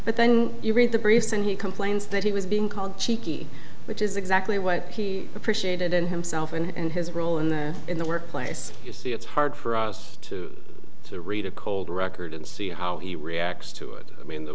but then you read the briefs and he complains that he was being called cheeky which is exactly what he appreciated in himself and his role in the in the workplace you see it's hard for us to read a cold record and see how he reacts to it i mean the